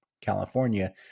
California